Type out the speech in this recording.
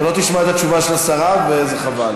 חבל שלא תשמע את התשובה של השרה, זה חבל.